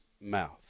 mouth